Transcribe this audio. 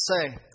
say